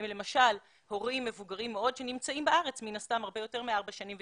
למשל הורים מבוגרים מאוד שנמצאים בארץ מן הסתם הרבה יותר מארבע שנים,